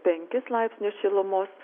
penkis laipsnius šilumos